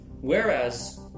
whereas